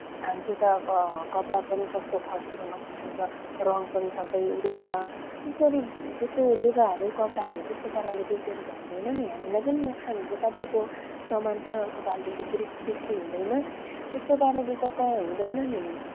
छाम्छु त कपडा पनि कस्तो खस्रो न खस्रो छ रङ्ग पनि सबै उडेछ त्यसरी त्यस्तो लुगाहरू कपडाहरू त्यस्तो पाराले बेचेर त हुँदैन नि हामीलाई पनि नोकसान हुन्छ तपाईँको सामान पनि अर्को पालिदेखि बि बिक्री हुँदैन त्यस्तो पाराले त हुँदैन नि